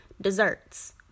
desserts